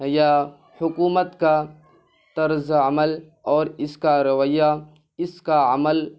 یا حکومت کا طرزِ عمل اور اس کا رویہ اس کا عمل